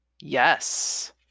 Yes